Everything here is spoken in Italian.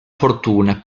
fortuna